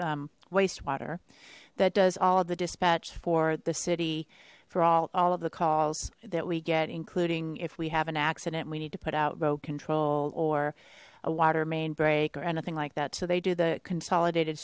wastewater that does all the dispatch for the city for all all of the calls that we get including if we have an accident we need to put out road control or a water main break or anything like that so they do the consolidated